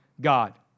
God